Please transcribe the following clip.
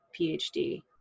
PhD